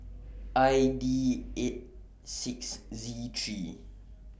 I D eight six Z three